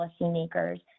policymakers